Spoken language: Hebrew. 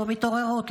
לא מתעוררות,